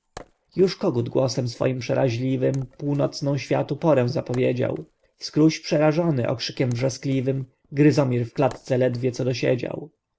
już kogut głosem swoim przerazliwym północną światu porę zapowiedział wskróś przerażony okrzykiem wrzaskliwym gryzomir w klatce ledwo co dosiedział